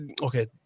okay